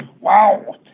Wow